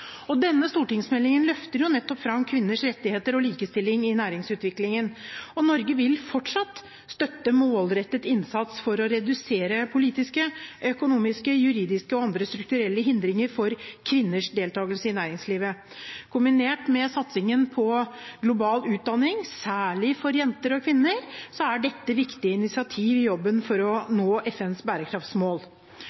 utviklingspolitikken. Denne stortingsmeldingen løfter nettopp fram kvinners rettigheter og likestilling i næringsutviklingen, og Norge vil fortsatt støtte målrettet innsats for å redusere politiske, økonomiske, juridiske og andre strukturelle hindringer for kvinners deltakelse i næringslivet. Kombinert med satsingen på global utdanning, særlig for jenter og kvinner, er dette viktige initiativ i jobben for å